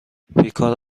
بیکار